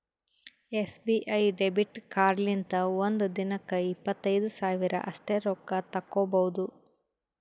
SBI debit ಕಾರ್ಡ್ಲಿಂತ ಒಂದ್ ದಿನಕ್ಕ ಇಪ್ಪತ್ತೈದು ಸಾವಿರ ಅಷ್ಟೇ ರೊಕ್ಕಾ ತಕ್ಕೊಭೌದು